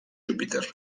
júpiter